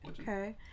Okay